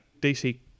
DC